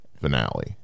finale